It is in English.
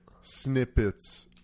snippets